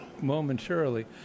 momentarily